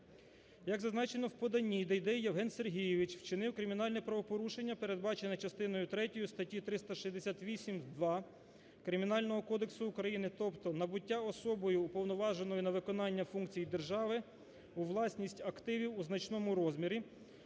Як зазначено в поданні, Дейдей Євген Сергійович вчинив кримінальне правопорушення, передбачене частиною третьою статті 368-2 Кримінального кодексу України, тобто набуття особою, уповноваженою на виконання функцій держави, у власність активів у значному розмірі,